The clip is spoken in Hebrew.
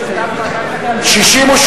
כהצעת הוועדה ועם ההסתייגות שנתקבלה,